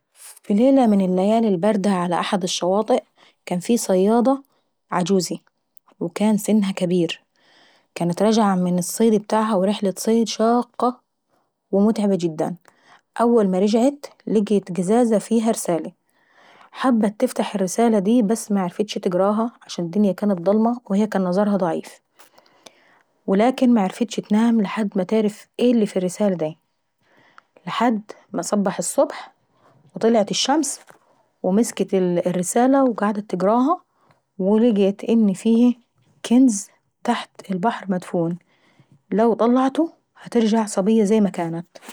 في ليلة من الليالي الباردة على الشواطئ، كان في صيادة عجوزي وسنها كبير. وكانت راجعة من الصيد بتاعها ورحلة صيد شاقة جدا. وأول ما رجعت لقيت قزازاة فيها رسالة. حبت تفتح الرسالة دي بس معرفتش تقراها عشان الدينيا كانت ضلمة وهي كان نظرها ضعيف. ولكن معرفتش تنام لحد ما تعرف ايه اللي في الرسالة داي، لحد ما صبح الصبح وطلعت الشمش ومسكت الرسالة وقعدت تقراها ولقيت ان فيهي كنز تحت البحر مدفون لو طلعته هترجع صبية زي ما كانت.